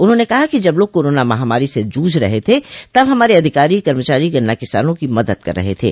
उन्होंने कहा कि जब लोग कोरोना महामारी से जूझ रहे थे तब हमारे अधिकारी कर्मचारी गन्ना किसानों की मदद कर रहे थे